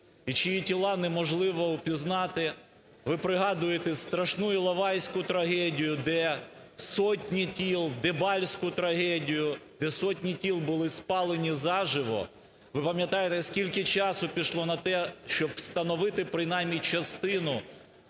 і чиї тіла неможливо упізнати… Ви пригадуєте страшну Іловайську трагедію, де сотні тіл, Дебальську трагедію, де сотні тіл були спалені заживо. Ви пам'ятає, скільки часу пішло на те, щоб встановити принаймні частину